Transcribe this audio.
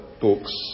books